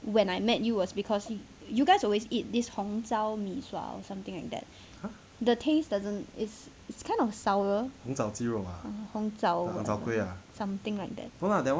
when I met you was because you guys always eat this 红槽 mee sua something like that the taste doesn't it's it's kind of sour 红槽 something like that oh